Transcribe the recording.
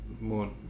More